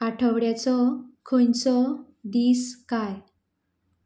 आठवड्याचो खंयचो दीस काय